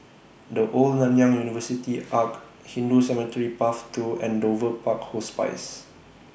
The Old Nanyang University Arch Hindu Cemetery Path two and Dover Park Hospice